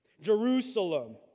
Jerusalem